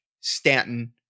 Stanton